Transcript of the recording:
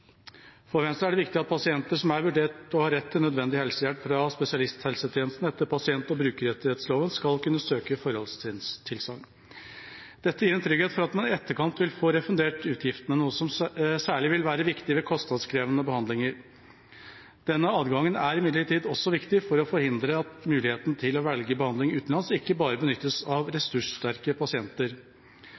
For Venstre er det viktig at pasienter som er vurdert å ha rett til nødvendig helsehjelp fra spesialisthelsetjenesten etter pasient- og brukerrettighetsloven, skal kunne søke forhåndstilsagn. Dette gir en trygghet for at man i etterkant vil få refundert utgiftene, noe som særlig vil være viktig ved kostnadskrevende behandlinger. Denne adgangen er imidlertid også viktig for å forhindre at muligheten til å velge behandling utenlands ikke bare benyttes av ressurssterke pasienter.